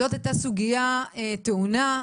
זאת הייתה סוגיה טעונה,